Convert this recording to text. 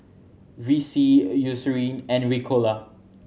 Vichy Eucerin and Ricola